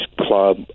club